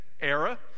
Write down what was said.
era